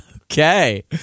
Okay